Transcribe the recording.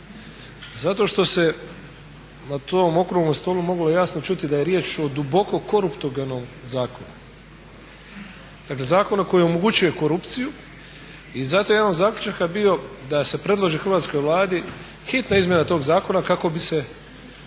zato što se na tom okrugom stolu moglo jasno čuti da je riječ o duboko koruptogenom zakonom. Dakle zakonu koji omogućuje korupciju i zato je jedan od zaključaka bio da se predloži Hrvatskoj vladi hitna izmjena to zakona kako bi se